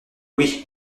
oui